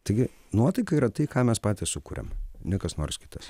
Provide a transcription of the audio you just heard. taigi nuotaika yra tai ką mes patys sukuriam ne kas nors kitas